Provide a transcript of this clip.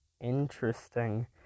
interesting